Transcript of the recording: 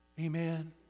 Amen